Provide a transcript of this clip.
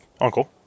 uncle